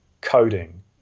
coding